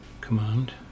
command